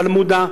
פלמודה,